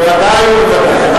בוודאי ובוודאי.